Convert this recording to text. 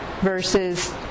versus